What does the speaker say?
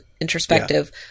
introspective